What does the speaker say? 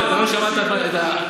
שאמרתי, לא שמעת את הרישה.